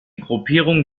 gruppierung